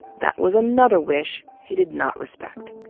that was another wish he did not respect.